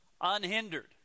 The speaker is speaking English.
unhindered